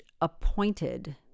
appointed